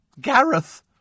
Gareth